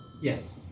yes